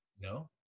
No